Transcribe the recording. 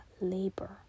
labor